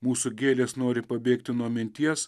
mūsų gėlės nori pabėgti nuo minties